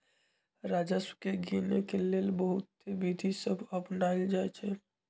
राजस्व के गिनेके लेल बहुते विधि सभ अपनाएल जाइ छइ